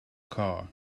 car